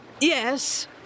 Yes